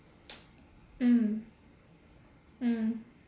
mm mm